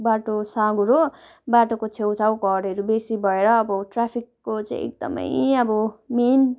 बाटो साँघुरो बाटोको छेउछाउ घरहरू बेसी भएर अब ट्राफिकको चाहिँ एकदमै अब मेन